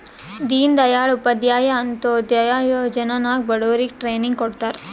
ದೀನ್ ದಯಾಳ್ ಉಪಾಧ್ಯಾಯ ಅಂತ್ಯೋದಯ ಯೋಜನಾ ನಾಗ್ ಬಡುರಿಗ್ ಟ್ರೈನಿಂಗ್ ಕೊಡ್ತಾರ್